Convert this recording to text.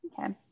Okay